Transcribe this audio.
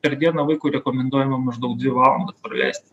per dieną vaikui rekomenduojama maždaug dvi valandas praleisti